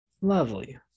Lovely